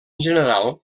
general